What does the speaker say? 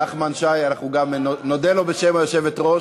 נחמן שי, אנחנו גם נודה לו בשם היושבת-ראש.